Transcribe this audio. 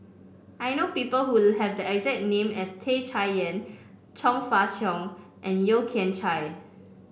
I know people who have the exact name as Tan Chay Yan Chong Fah Cheong and Yeo Kian Chai